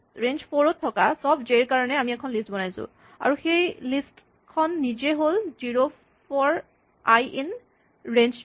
range for ত থকা চব জে ৰ কাৰণে আমি এখন লিষ্ট বনাইছোঁ আৰু সেই লিষ্ট খন নিজে হ'ল zero for I in range three